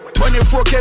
24K